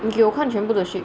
你给我看全部的 shape